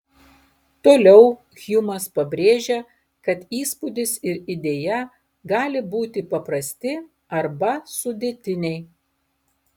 toliau hjumas pabrėžia kad įspūdis ir idėja gali būti paprasti arba sudėtiniai